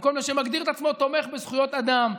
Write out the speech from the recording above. מכל מי שמגדיר את עצמו תומך בזכויות אדם,